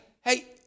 hey